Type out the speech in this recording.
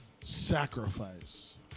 sacrifice